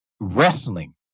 wrestling